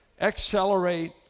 Accelerate